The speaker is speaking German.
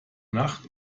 nacht